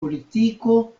politiko